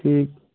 ठीक